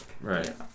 Right